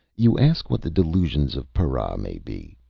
you ask what the delusions of para may be?